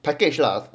package lah